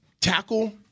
tackle –